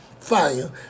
fire